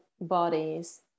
bodies